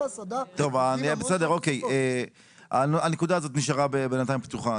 טוב, בסדר, הנקודה הזאת נשארה בנתיים פתוחה.